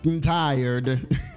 tired